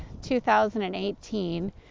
2018